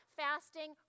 fasting